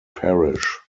parish